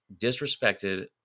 disrespected